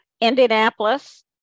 Indianapolis